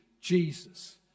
Jesus